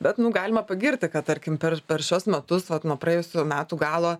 bet nu galima pagirti kad tarkim per per šiuos metus vat nuo praėjusių metų galo